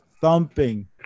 thumping